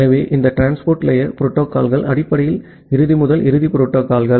எனவே இந்த transport layer புரோட்டோகால்கள் அடிப்படையில் இறுதி முதல் இறுதி புரோட்டோகால்கள்